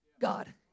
God